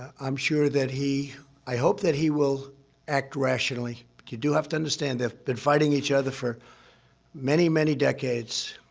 i'm sure that he i hope that he will act rationally. you do have to understand they've been fighting each other for many, many decades.